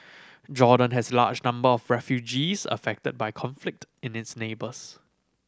Jordan has large number of refugees affected by conflict in its neighbours